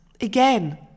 again